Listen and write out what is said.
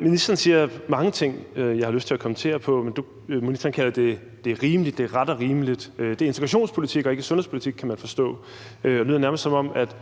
Ministeren siger mange ting, jeg har lyst til at kommentere på. Ministeren kalder det ret og rimeligt, og det er integrationspolitik og ikke sundhedspolitik, kan man forstå. Det lyder nærmest, som om